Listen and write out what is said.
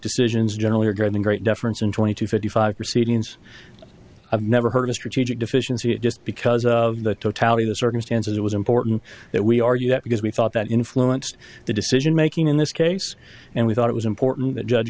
decisions generally are getting great deference in twenty to fifty five proceedings i've never heard a strategic deficiency just because of the totality the circumstances it was important that we argue that because we thought that influenced the decision making in this case and we thought it was important that judge